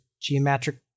geometric